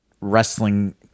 wrestling